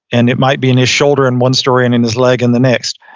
and it might be in his shoulder in one story, and in his leg in the next.